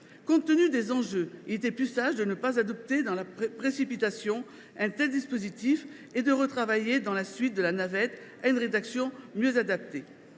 d’une telle mesure, il était plus sage de ne pas adopter dans la précipitation un tel dispositif et de travailler, dans la suite de la navette, à une rédaction mieux adaptée.